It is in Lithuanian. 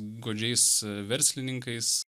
godžiais verslininkais